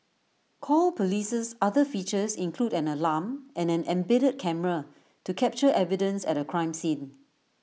call police's other features include an alarm and an embedded camera to capture evidence at A crime scene